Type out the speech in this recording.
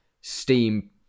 steam